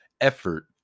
effort